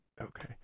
okay